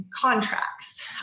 contracts